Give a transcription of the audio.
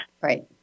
Right